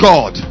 God